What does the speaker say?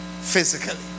Physically